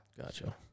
Gotcha